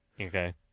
Okay